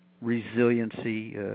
resiliency